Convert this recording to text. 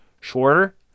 shorter